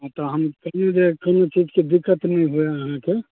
ई तऽ हम सोचलहुँ जे कोनो चीजके दिक्कत नहि होय देब अहाँके